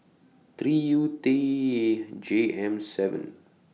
three U T E J M seven